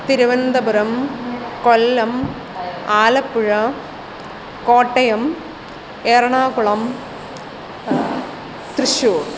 Thiruvananthapuram Kollam Alappuzha Kottayam Ernakulam Thrissur